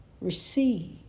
Receive